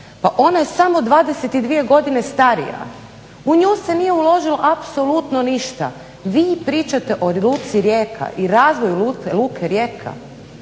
pa ona je samo 22 godine starija. U nju se nije uložilo apsolutno ništa. Vi pričate o luci Rijeka i razvoju luke Rijeka.